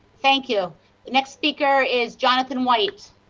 thank you. the next speaker is jonathan white.